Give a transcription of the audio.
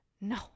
no